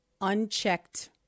unchecked